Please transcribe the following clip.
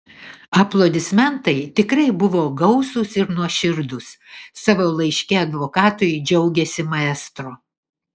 aplodismentai tikrai buvo gausūs ir nuoširdūs savo laiške advokatui džiaugėsi maestro